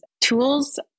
tools